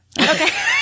okay